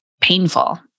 painful